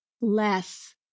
less